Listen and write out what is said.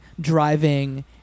driving